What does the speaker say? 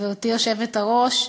גברתי היושבת-ראש,